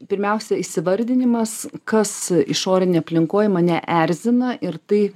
pirmiausia įsivardinimas kas išorinėj aplinkoj mane erzina ir tai